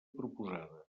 proposada